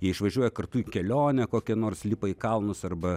jie išvažiuoja kartu į kelionę kokią nors lipa į kalnus arba